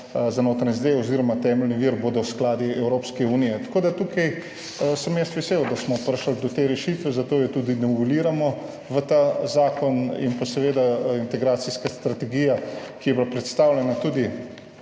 za notranje zadeve oziroma temeljni vir bodo skladi Evropske unije. Tukaj sem vesel, da smo prišli do te rešitve, zato jo tudi noveliramo v tem zakonu. In pa seveda integracijska strategija, ki je bila predstavljena tudi